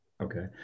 okay